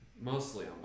Mostly